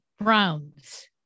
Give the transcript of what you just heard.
Browns